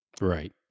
Right